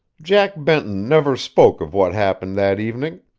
jack benton never spoke of what happened that evening.